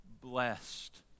blessed